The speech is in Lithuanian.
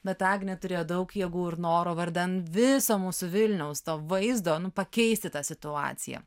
bet agnė turėjo daug jėgų ir noro vardan viso mūsų vilniaus to vaizdo nu pakeisti tą situaciją